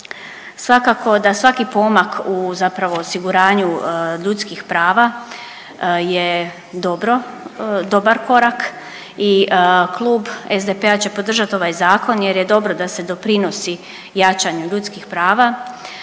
Svakako da svaki pomak u zapravo u osiguranju ljudskih prava je dobro, dobar korak i Klub SDP-a će podržat ovaj zakon jer je dobro da se doprinosi jačanju ljudskih prava,